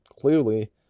clearly